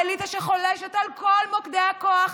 האליטה שחולשת על כל מוקדי הכוח,